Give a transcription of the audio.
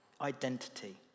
identity